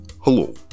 Hello